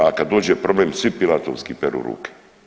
A kad dođe problem svi pilatovski peru ruke.